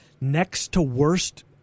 next-to-worst